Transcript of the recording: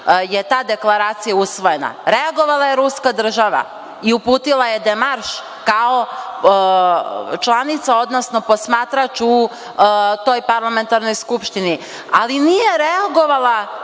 je ta deklaracija usvojena. Reagovala je Ruska država i uputila je demarš, kao članica, odnosno posmatrač u toj parlamentarnoj skupštini, ali nije reagovala